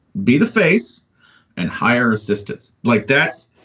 be the face and hire assistance like that's.